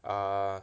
err